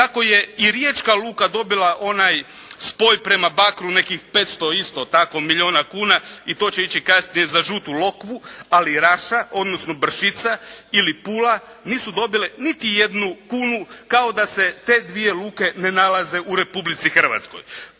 tako je i riječka luka dobila onaj spoj prema Bakru, nekih 500, isto tako milijuna kuna i to će ići kasnije za Žutu lokvu, ali i Raša odnosno Bršćica ili Pula nisu dobile niti jednu kunu kao da se te dvije luke ne nalaze u Republici Hrvatskoj.